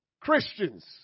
Christians